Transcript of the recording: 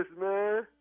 man